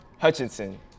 Hutchinson